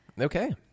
Okay